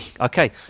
Okay